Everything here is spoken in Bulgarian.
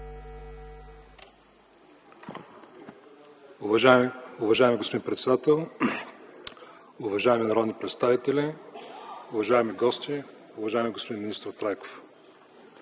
Уважаеми господин председател, уважаеми народни представители, уважаеми гости, уважаеми господин министър Трайков!